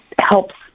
helps